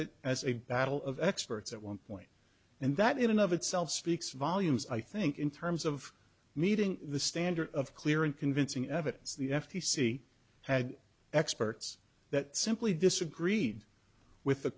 it as a battle of experts at one point and that in and of itself speaks volumes i think in terms of meeting the standard of clear and convincing evidence the f t c had experts that simply disagreed with the